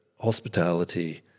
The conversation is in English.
hospitality